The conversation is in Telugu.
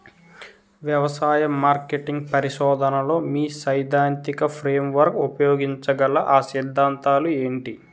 వ్యవసాయ మార్కెటింగ్ పరిశోధనలో మీ సైదాంతిక ఫ్రేమ్వర్క్ ఉపయోగించగల అ సిద్ధాంతాలు ఏంటి?